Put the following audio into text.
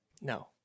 No